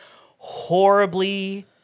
horribly